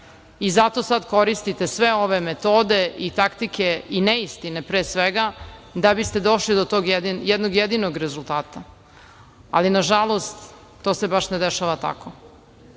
sada koristite sve ove metode i taktike i neistine pre svega da biste došli do tog jednog jedinog rezultata, ali nažalost, to se baš ne dešava tako.